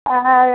আর